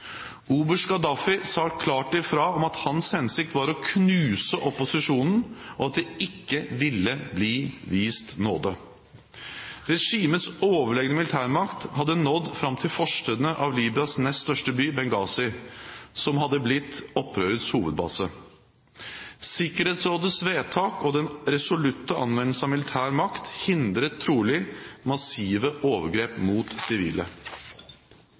sa klart ifra om at hans hensikt var å knuse opposisjonen, og at det ikke ville bli vist nåde. Regimets overlegne militærmakt hadde nådd fram til forstedene av Libyas nest største by Benghazi, som hadde blitt opprørets hovedbase. Sikkerhetsrådets vedtak og den resolutte anvendelse av militær makt hindret trolig massive overgrep mot sivile.